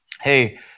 hey